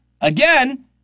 again